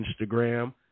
Instagram